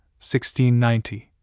1690